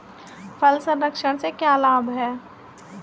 फल संरक्षण से क्या लाभ है?